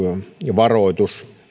varoitus